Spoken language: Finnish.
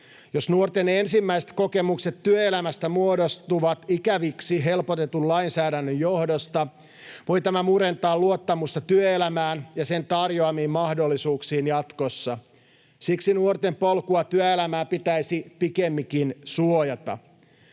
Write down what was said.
Jos nuorten ensimmäiset kokemukset työelämästä muodostuvat ikäviksi helpotetun lainsäädännön johdosta, voi tämä murentaa luottamusta työelämään ja sen tarjoamiin mahdollisuuksiin jatkossa. Siksi nuorten polkua työelämään pitäisi pikemminkin suojata.